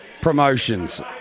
promotions